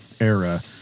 era